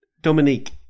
Dominique